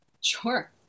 Sure